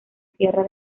sierra